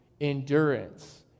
endurance